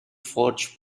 forge